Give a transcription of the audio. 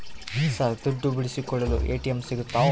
Sir ದುಡ್ಡು ಬಿಡಿಸಿಕೊಳ್ಳಲು ATM ಸಿಗುತ್ತಾ?